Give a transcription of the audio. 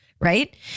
right